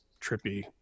trippy